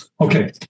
Okay